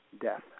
death